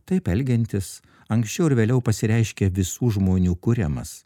taip elgiantis anksčiau ar vėliau pasireiškia visų žmonių kūrimas